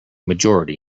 majority